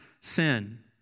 sin